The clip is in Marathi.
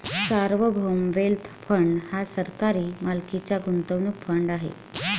सार्वभौम वेल्थ फंड हा सरकारी मालकीचा गुंतवणूक फंड आहे